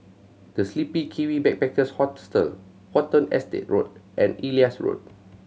The Sleepy Kiwi Backpackers Hostel Watten Estate Road and Elias Road